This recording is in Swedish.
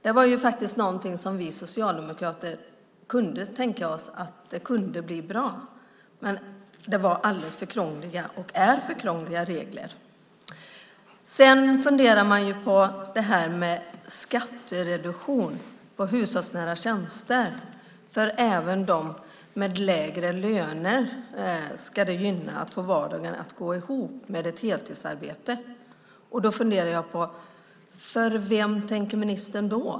Det var faktiskt något som vi socialdemokrater tänkte kunde bli bra, men det är alldeles för krångliga regler. Sedan var det frågan om skattereduktion för hushållsnära tjänster. Den ska gynna även dem med lägre löner så att de kan få vardagen att gå ihop med ett heltidsarbete. Då funderar jag på vem ministern tänker på.